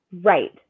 Right